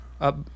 up